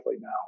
now